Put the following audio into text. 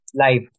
live